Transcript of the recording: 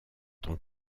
tant